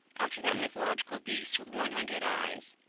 after that mythological beast with one hundred eyes!